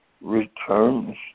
returns